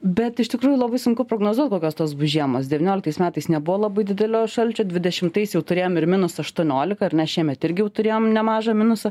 bet iš tikrųjų labai sunku prognozuot kokios tos bus žiemos devynioliktais metais nebuvo labai didelio šalčio dvidešimtais jau turėjom ir minus aštuoniolika ar ne šiemet irgi jau turėjom nemažą minusą